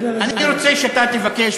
רוצה שאתה תבקש,